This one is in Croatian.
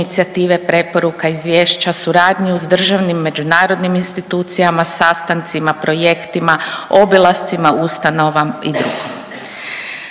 preporuka, izvješća, suradnju s državnim, međunarodnim institucijama, sastancima, projektima, obilascima ustanova i dr..